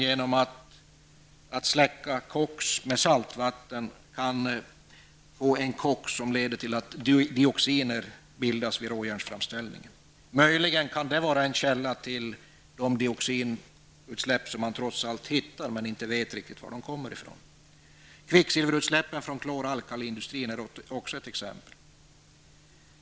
Genom att släcka koks med saltvatten kan koksen bli sådan att det leder till att dioxiner bildas vid råjärnframställning. Detta kan möjligen vara en källa till de dioxinutsläpp som man trots allt funnit men inte riktigt vet var de kommer ifrån. Kvicksilverutsläppen från kloralkaliindustrin är ett annat exempel.